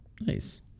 Nice